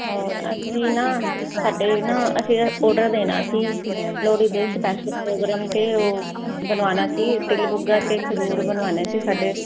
ਹੋਰ ਅਸੀਂ ਨਾ ਸਾਡੇ ਨਾ ਅਸੀਂ ਔਡਰ ਦੇਣਾ ਸੀ ਲੋਹੜੀ ਦੇ ਸਪੈਸ਼ਲ ਪ੍ਰੋਗਰਾਮ ਤੇ ਉਹ ਬਣਵਾਣਾ ਸੀ ਤਿਲ ਬੁਗਾ ਤੇ ਖਜੂਰ ਬਣਵਾਉਨੇ ਸੀ ਸਾਡੇ